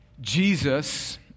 Jesus